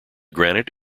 granite